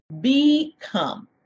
become